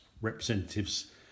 representatives